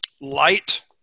Light